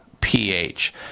ph